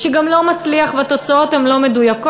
שגם לא מצליח והתוצאות הן לא מדויקות,